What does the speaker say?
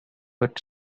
would